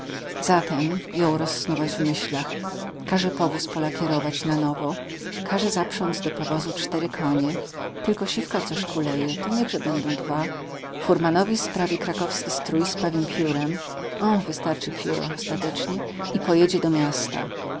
zatem jął rozsnuwać w myślach każe powóz polakierować na nowo każe zaprząc do powozu cztery konie tylko siwka coś kuleje to niechże będą dwa furmanowi sprawi krakowski strój z pawim piórem wystarczy pióro ostatecznie i pojedzie do miasta